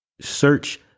Search